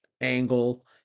angle